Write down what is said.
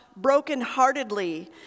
brokenheartedly